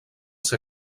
ser